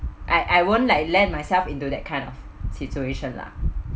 I I won't like land myself into that kind of situation lah